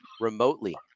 Remotely